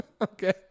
Okay